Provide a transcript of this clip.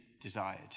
desired